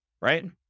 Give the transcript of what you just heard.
right